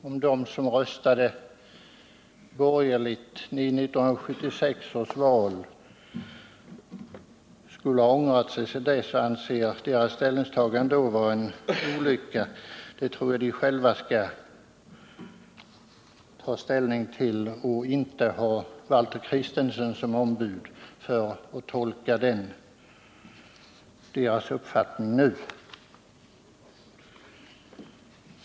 Herr talman! Om de som röstade borgerligt i 1976 års val har ångrat sig och numera anser att deras ställningstagande den gången var en olycka, tror jag att de själva skall ta ställning till. Valter Kristenson behöver inte uppträda som ombud och tolka deras uppfattning.